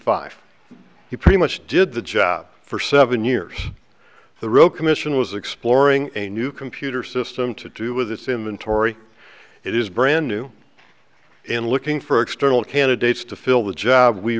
five he pretty much did the job for seven years the row commission was exploring a new computer system to do with it's him and tory it is brand new and looking for external candidates to fill the job we